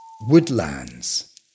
woodlands